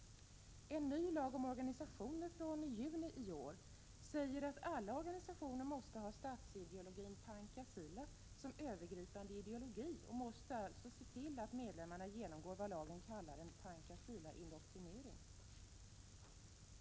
En ny lag om organisationer, från juni i år, säger att alla organisationer måste ha statsideologin Panca Sila som övergripande ideologi och måste se till att medlemmarna genomgår vad lagen kallar ”Panca Sila-indoktrinering”.